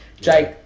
Jake